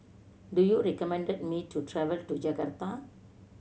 do you recommend me to travel to Jakarta